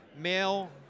male